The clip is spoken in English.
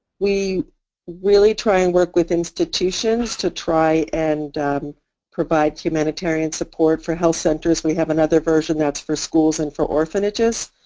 we really try and work with institutions to try and provide humanitarian support for health centers. we have another version that's for schools and for orphanages.